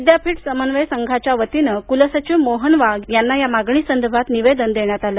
विद्यापीठ समन्वय संघाच्या वतीनं कुलसचिव मोहन वाघ यांना मागणी संदर्भात निवेदन देण्यात आलं